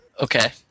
Okay